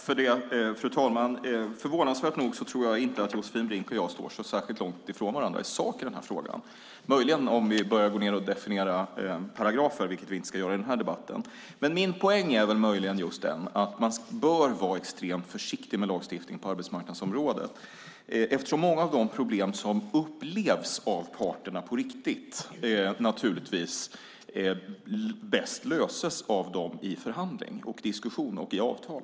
Fru talman! Förvånansvärt nog tror jag inte att Josefin Brink och jag står så särskilt långt ifrån varandra i sak i den här frågan, men möjligen om vi börjar definiera paragrafer, vilket vi inte ska göra i den här debatten. Min poäng är möjligen just den att man bör vara extremt försiktig med lagstiftning på arbetsmarknadsområdet, eftersom många av de problem som upplevs av parterna på riktigt naturligtvis bäst löses av dem i förhandling, diskussion och avtal.